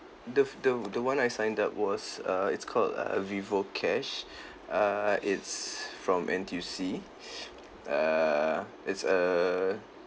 the the the one I signed up was uh it's called uh vivocash err it's from N_T_U_C err it's a